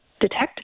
detect